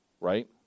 right